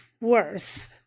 worse